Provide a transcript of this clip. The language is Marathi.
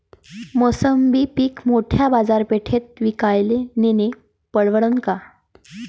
मोसंबी पीक मोठ्या बाजारपेठेत विकाले नेनं परवडन का?